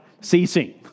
ceasing